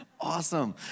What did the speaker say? awesome